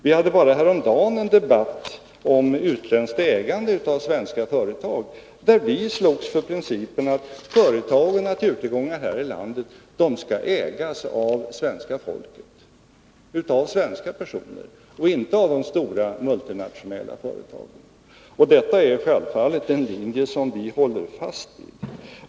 Vi hade så sent som häromdagen en debatt om utländskt ägande av svenska företag, där vi slogs för principen att företag och naturtillgångar här i landet skall ägas av svenska folket, av svenska personer och inte av de stora multinationella företagen. Det är självfallet en linje som vi håller fast vid.